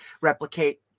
replicate